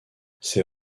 ses